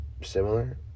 similar